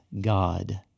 God